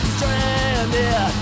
Stranded